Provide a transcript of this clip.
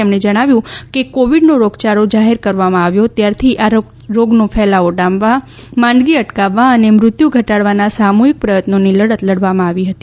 તેમણે જણાવ્યું કે કોવિડને રોગયાળો જાહેર કરવામાં આવ્યો ત્યારથી આ રોગનો ફેલાવો ડામવા માંદગી અટકાવવા અને મૃત્યુ ઘટાડવાના સામૂહિક પ્રયત્નોની લડત લડવામાં આવી હતી